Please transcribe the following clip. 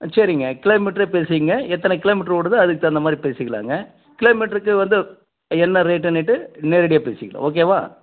சரிங்க கிலோ மீட்ரே பேசிக்குங்க எத்தனை கிலோ மீட்ரு ஓடுதோ அதுக்கு தகுந்த மாதிரி பேசிக்கலாங்க கிலோ மீட்ருக்கு வந்து என்ன ரேட்டுனுட்டு நேரடியாக பேசிக்கலாம் ஓகேவா